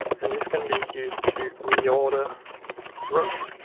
and this can be used to reorder rows.